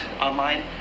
online